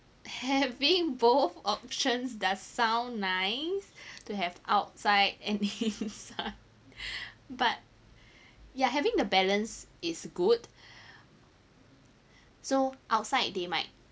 having both options does sound nice to have outside and inside but yeah having the balance is good so outside they might